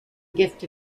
gift